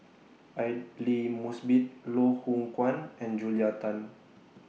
Aidli Mosbit Loh Hoong Kwan and Julia Tan